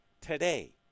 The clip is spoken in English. today